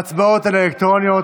ההצבעות הן אלקטרוניות.